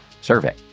survey